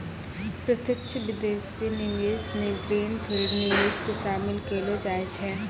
प्रत्यक्ष विदेशी निवेश मे ग्रीन फील्ड निवेश के शामिल केलौ जाय छै